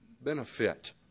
benefit